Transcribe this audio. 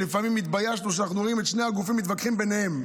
ולפעמים התביישנו שאנחנו רואים את שני הגופים מתווכחים ביניהם.